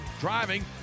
driving